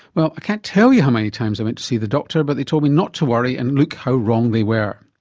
well, i can't tell you how many times i went to see the doctor but they told me not to worry, and look how wrong they were.